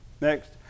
Next